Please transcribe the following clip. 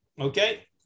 Okay